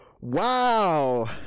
wow